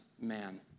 man